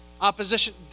Opposition